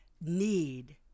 need